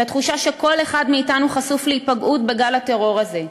לתחושה שכל אחד מאתנו חשוף להיפגעות בגל הטרור הזה,